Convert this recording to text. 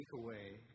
takeaway